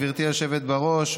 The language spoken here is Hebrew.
גברתי היושבת-ראש,